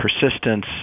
persistence